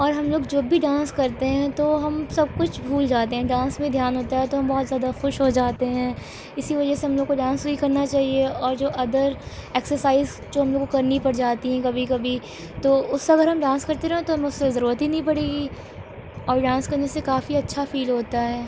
اور ہم لوگ جب بھی ڈانس کرتے ہیں تو ہم سب کچھ بھول جاتے ہیں ڈانس پہ دھیان ہوتا ہے تو ہم بہت زیادہ خوش ہو جاتے ہیں اسی وجہ سے ہم لوگوں کو ڈانس بھی کرنا چاہیے اور جو ادر ایکسرسائز جو ہم لوگوں کو کرنی پڑ جاتی ہیں کبھی کبھی تو اس اگر ہم ڈانس کرتے رہو تو ہم اس سے ضرورت ہی نہیں پڑے گی اور ڈانس کرنے سے کافی اچھا فیل ہوتا ہے